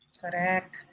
correct